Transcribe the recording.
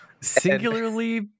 singularly